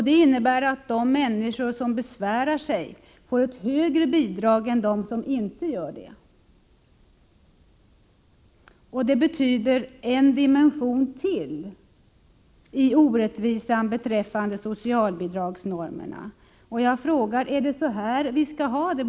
Det innebär att de människor som besvärar sig får ett högre bidrag än de som inte gör det. Och detta betyder en dimension till i orättvisan beträffande socialbidragsnormerna. Jag frågar: Är det så här vi skall ha det?